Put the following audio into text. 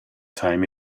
time